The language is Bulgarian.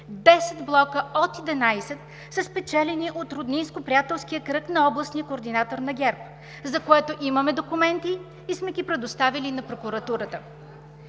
10 блока от 11 са спечелени от роднинско-приятелския кръг на областния координатор на ГЕРБ, за което имаме документи и сме ги предоставили на Прокуратурата.